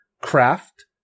craft